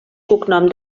cognom